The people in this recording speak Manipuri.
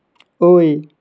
ꯑꯣꯏ